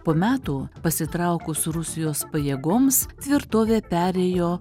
po metų pasitraukus rusijos pajėgoms tvirtovė perėjo